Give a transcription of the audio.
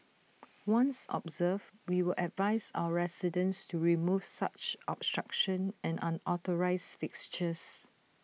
once observed we will advise our residents to remove such obstruction and unauthorised fixtures